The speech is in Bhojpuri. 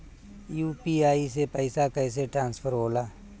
यू.पी.आई से पैसा कैसे ट्रांसफर होला?